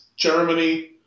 Germany